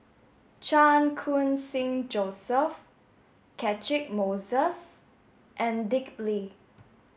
Chan Khun Sing Joseph Catchick Moses and Dick Lee